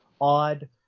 odd